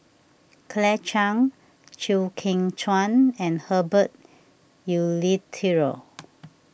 Claire Chiang Chew Kheng Chuan and Herbert Eleuterio